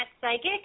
Psychic